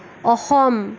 Assam